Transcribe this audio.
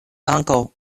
ankaŭ